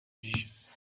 urujijo